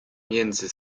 między